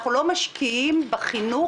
אנחנו לא משקיעים בחינוך,